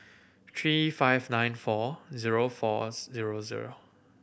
three five nine four zero four zero zero